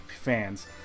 fans